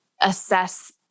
assess